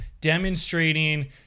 demonstrating